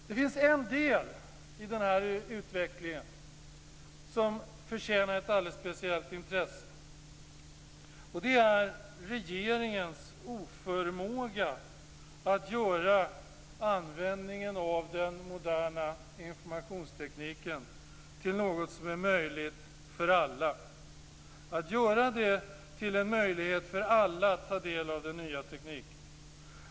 Det finns en del i denna utveckling som förtjänar ett alldeles speciellt intresse, nämligen regeringens oförmåga att göra användningen av den moderna informationstekniken till något som är möjligt för alla, att göra det till en möjlighet för alla att ta del av den nya tekniken.